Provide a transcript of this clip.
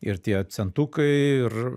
ir tie centukai ir